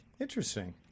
Interesting